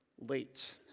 late